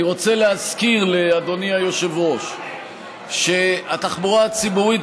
אני רוצה להזכיר לאדוני היושב-ראש שהתחבורה הציבורית